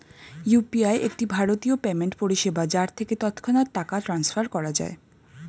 UPI একটি ভারতীয় payment পরিষেবা যার থেকে তৎক্ষণাৎ টাকা ট্রান্সফার করা যায়